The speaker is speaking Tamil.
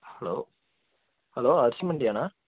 ஹலோ ஹலோ அரிசி மண்டியா அண்ணா